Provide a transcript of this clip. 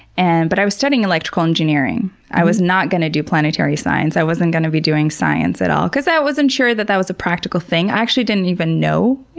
and but i was studying electrical engineering. i was not gonna do planetary science. i wasn't going to be doing science at all because i wasn't that that was a practical thing. i actually didn't even know,